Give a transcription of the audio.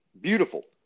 beautiful